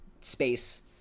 space